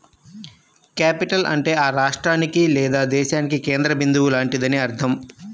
capital అంటే ఆ రాష్ట్రానికి లేదా దేశానికి కేంద్ర బిందువు లాంటిదని అర్థం